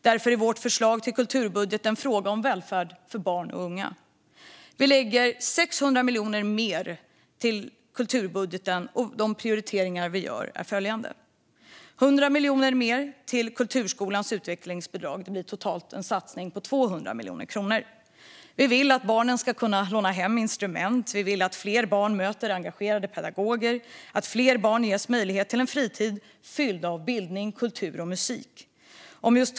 Därför är vårt förslag till kulturbudget en fråga om välfärd för barn och unga. Vi lägger 600 miljoner mer i kulturbudgeten, och de prioriteringar vi gör är följande. Vi lägger 100 miljoner mer än regeringen på kulturskolans utvecklingsbidrag, vilket ger en satsning på totalt 200 miljoner kronor. Vi vill att barn ska kunna låna hem instrument, att fler barn får möta engagerade pedagoger och att fler barn ges möjlighet till en fritid fylld av bildning, kultur och musik.